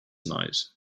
night